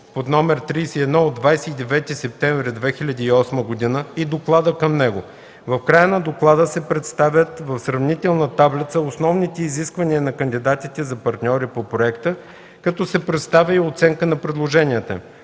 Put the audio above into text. под № 31 от 29 септември 2008 г. и доклада към него. В края на доклада се представят в сравнителна таблица основните изисквания на кандидатите за партньори по проекта, като се представя и оценка на предложенията